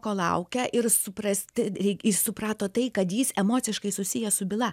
ko laukia ir suprast jis suprato tai kad jis emociškai susijęs su byla